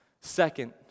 Second